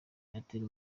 yatera